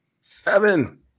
seven